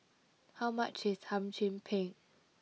how much is Hum Chim Peng